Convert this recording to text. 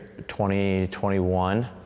2021